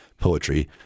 poetry